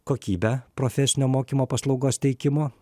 kokybę profesinio mokymo paslaugos teikimo